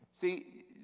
see